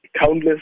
countless